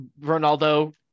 Ronaldo